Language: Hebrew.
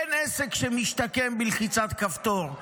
אין עסק שמשתקם בלחיצת כפתור,